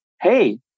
hey